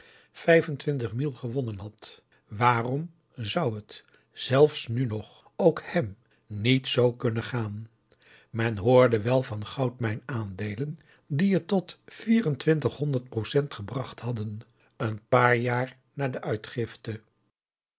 gewonnen had waarom zou t zelfs n nog ook hèm niet zoo kunnen gaan men hoorde wel van goudmijn aandeelen die het tot vier en twintig procent gebracht hadden een paar jaar na de uitgifte